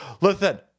listen